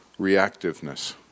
reactiveness